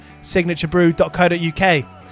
Signaturebrew.co.uk